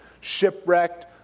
Shipwrecked